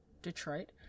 detroit